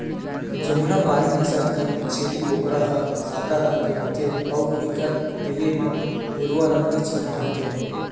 जमुनापारी नसल के छेरी बोकरा ह सादा रंग के होथे अउ एखर देहे म भूरवा रंग के चिन्हा होथे